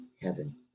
heaven